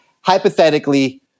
hypothetically